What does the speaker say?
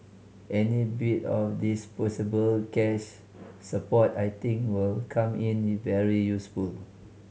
any bit of disposable cash support I think will come in very useful